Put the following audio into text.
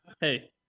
Hey